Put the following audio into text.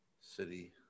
City